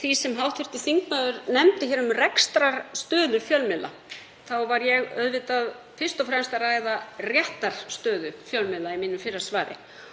því sem hv. þingmaður nefndi um rekstrarstöðu fjölmiðla þá var ég auðvitað fyrst og fremst að ræða réttarstöðu fjölmiðla í mínu fyrra svari.